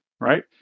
right